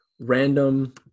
random